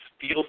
feel